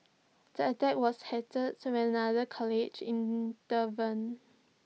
the attack was when another colleague intervened